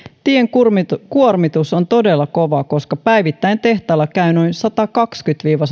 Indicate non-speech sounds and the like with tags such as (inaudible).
tien kuormitus kuormitus on todella kova koska päivittäin tehtaalla käy noin sataankahteenkymmeneen viiva (unintelligible)